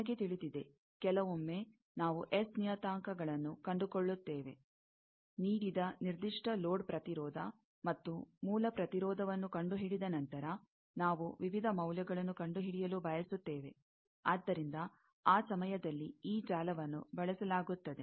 ನಿಮಗೆ ತಿಳಿದಿದೆ ಕೆಲವೊಮ್ಮೆ ನಾವು ಎಸ್ ನಿಯತಾಂಕಗಳನ್ನು ಕಂಡು ಕೊಳ್ಳುತ್ತೇವೆ ನೀಡಿದ ನಿರ್ದಿಷ್ಟ ಲೋಡ್ ಪ್ರತಿರೋಧ ಮತ್ತು ಮೂಲ ಪ್ರತಿರೋಧವನ್ನು ಕಂಡುಹಿಡಿದ ನಂತರ ನಾವು ವಿವಿಧ ಮೌಲ್ಯಗಳನ್ನು ಕಂಡುಹಿಡಿಯಲು ಬಯಸುತ್ತೇವೆ ಆದ್ದರಿಂದ ಆ ಸಮಯದಲ್ಲಿ ಈ ಜಾಲವನ್ನು ಬಳಸಲಾಗುತ್ತದೆ